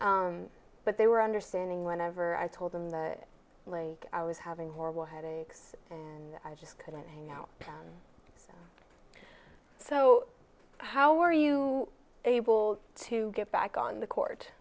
really but they were understanding whenever i told them that like i was having horrible headaches and i just couldn't hang out so how were you able to get back on the court